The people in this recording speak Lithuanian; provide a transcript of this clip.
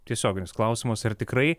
tiesioginis klausimus ar tikrai